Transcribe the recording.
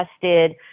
tested